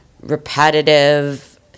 repetitive